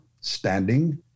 standing